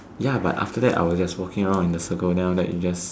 ya but after that I was just walking around in a circle and after that you all just